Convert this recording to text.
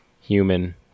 human